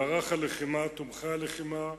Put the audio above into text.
במערך הלחימה, תומכי הלחימה,